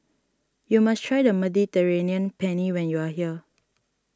you must try the Mediterranean Penne when you are here